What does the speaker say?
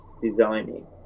designing